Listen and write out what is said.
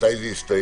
מתי זה יסתיים,